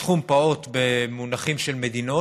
סכום פעוט במונחים של מדינות,